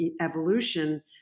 evolution